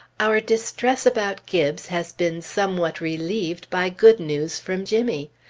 our distress about gibbes has been somewhat relieved by good news from jimmy.